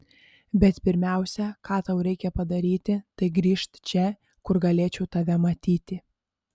bet pirmiausia ką tau reikia padaryti tai grįžt čia kur galėčiau tave matyti